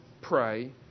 pray